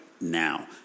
now